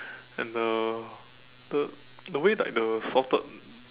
and the the the way like the salted